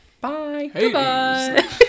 bye